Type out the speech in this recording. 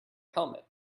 helmet